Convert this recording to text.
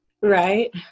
Right